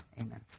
Amen